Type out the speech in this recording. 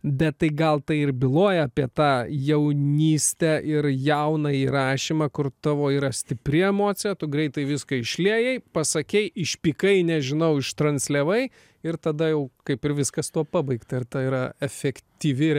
bet tai gal tai ir byloja apie tą jaunystę ir jaunąjį rašymą kur tavo yra stipri emocija tu greitai viską išliejai pasakei išpykai nežinau ištransliavai ir tada jau kaip ir viskas tuo pabaigta ir tai yra efektyvi ir